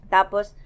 Tapos